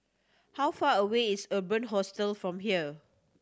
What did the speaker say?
how far away is Urban Hostel from here